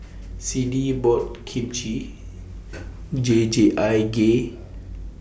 Siddie bought Kimchi Jjigae